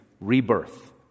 rebirth